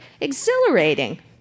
Exhilarating